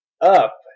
up